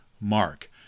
Mark